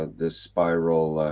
and this spiral.